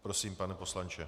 Prosím, pane poslanče.